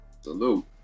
salute